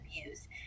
abuse